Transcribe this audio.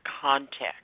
context